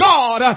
God